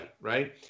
right